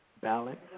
balance